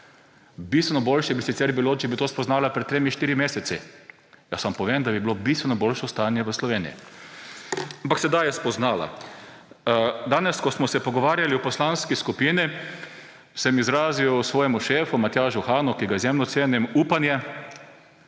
Bistveno boljše bi sicer bilo, če bi to spoznala pred tremi, štirimi meseci, jaz vam povem, da bi bilo bistveno boljše stanje v Sloveniji. Ampak sedaj je spoznala. Danes, ko smo se pogovarjali v poslanski skupini, sem izrazil svojemu šefu Matjažu Hanu, ki ga izjemno cenim, upanje,